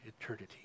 eternity